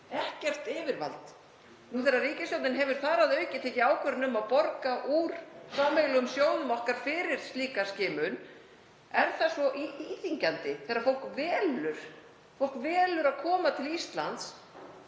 ekkert yfirvald? Nú þegar ríkisstjórnin hefur þar að auki tekið ákvörðun um að borga úr sameiginlegum sjóðum okkar fyrir slíka skimun, er það þá svo íþyngjandi? Þegar fólk velur að koma til Íslands